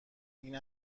این